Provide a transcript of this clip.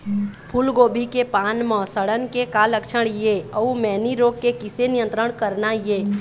फूलगोभी के पान म सड़न के का लक्षण ये अऊ मैनी रोग के किसे नियंत्रण करना ये?